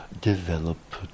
develop